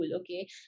okay